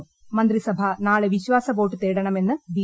ന് മന്ത്രിസഭ നാട്ട് വിശ്വാസ വോട്ട് തേടണമെന്ന് ബി